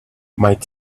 might